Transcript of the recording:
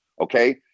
okay